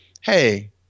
hey